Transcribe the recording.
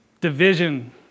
division